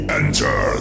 enter